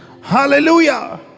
Hallelujah